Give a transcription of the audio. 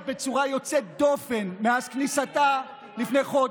בצורה יוצאת דופן מאז כניסתה לפני חודש.